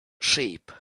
shape